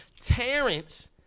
Terrence